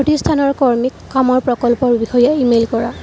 প্ৰতিস্থানৰ কৰ্মীক কামৰ প্ৰকল্পৰ বিষয়ে ইমেইল কৰা